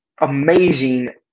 amazing